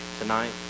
tonight